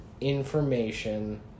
information